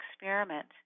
experiment